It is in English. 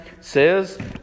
says